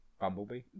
Bumblebee